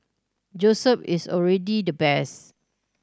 Joseph is already the best